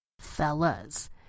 fellas